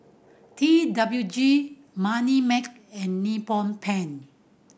T W G Moneymax and Nippon Paint